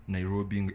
Nairobi